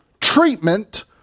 treatment